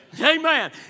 amen